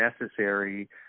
necessary